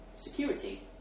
Security